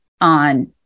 on